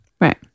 right